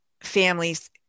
families